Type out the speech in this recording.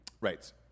Right